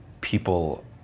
people